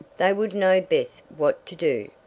they would know best what to do.